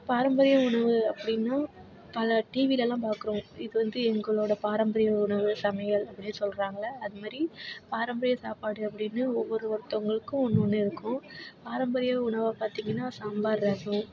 பாரம்பரிய உணவு அப்படின்னா பல டிவிலெலாம் பார்க்குறோம் இது வந்து எங்களோடய பாரம்பரிய உணவு சமையல் அப்படின்னு சொல்கிறாங்கள அது மாதிரி பாரம்பரிய சாப்பாடு அப்படின்னு ஒரு ஒருத்தவங்களுக்கும் ஒன்று ஒன்று இருக்கும் பாரம்பரிய உணவை பார்த்திங்கன்னா சாம்பார் ரசம்